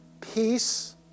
peace